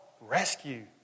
rescue